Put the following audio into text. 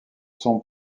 sont